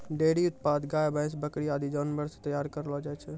dairy उत्पाद गाय, भैंस, बकरी आदि जानवर सें तैयार करलो जाय छै